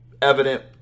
Evident